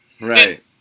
right